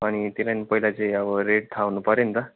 अनि जे भए पनि पहिला चाहिँ अब रेट थाहा हुनुपर्यो नि त